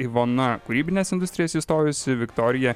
ivona kūrybinės industrijos įstojusi viktorija